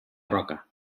roca